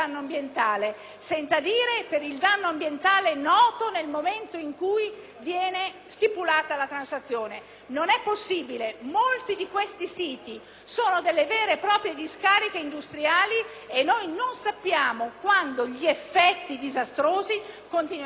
Non è possibile. Molti di questi siti sono delle vere e proprie discariche industriali e noi non sappiamo quando gli effetti disastrosi continueranno a far sentire le loro conseguenze o quando questi effetti disastrosi cesseranno.